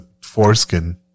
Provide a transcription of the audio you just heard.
foreskin